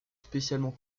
spécialement